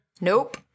Nope